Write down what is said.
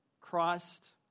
Christ